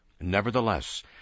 Nevertheless